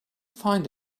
find